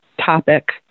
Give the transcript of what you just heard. Topic